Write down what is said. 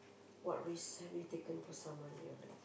what risk have you taken for someone you love